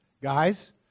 guys